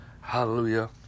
Hallelujah